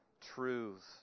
truth